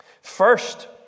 First